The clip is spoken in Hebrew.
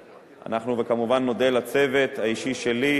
וכמובן נודה לצוות האישי שלי: